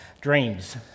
Dreams